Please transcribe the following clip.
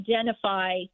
identify